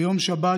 ביום שבת,